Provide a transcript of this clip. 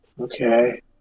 Okay